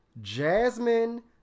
Jasmine